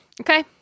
Okay